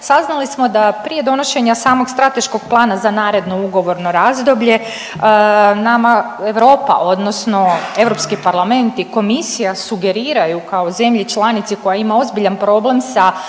saznali smo da prije donošenja samog strateškog plana za naredno ugovorno razdoblje nama Europa odnosno Europski parlament i komisija sugeriraju kao zemlji članici koja ima ozbiljan problem sa